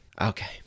Okay